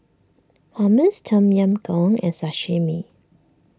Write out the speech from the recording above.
Hummus Tom Yam Goong and Sashimi